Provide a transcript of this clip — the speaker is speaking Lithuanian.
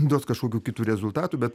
duos kažkokių kitų rezultatų bet